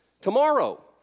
tomorrow